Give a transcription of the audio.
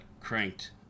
cranked